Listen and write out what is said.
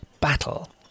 battle